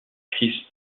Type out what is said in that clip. kris